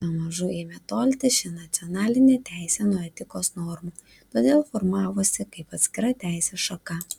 pamažu ėmė tolti ši nacionalinė teisė nuo etikos normų todėl formavosi kaip atskira teisės šaka